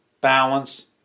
balance